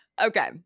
okay